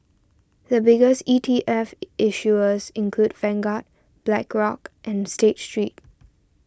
the biggest E T F issuers include Vanguard Blackrock and State Street